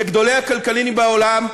מגדולי הכלכלנים בעולם,